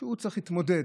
הוא צריך להתמודד,